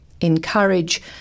encourage